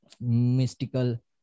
mystical